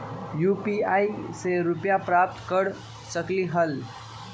UPI से रुपए प्राप्त कर सकलीहल?